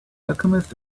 alchemist